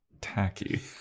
tacky